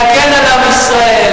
להגן על עם ישראל,